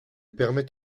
permet